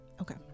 Okay